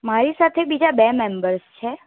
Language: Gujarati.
મારી સાથે બીજા બે મેમ્બર્સ છે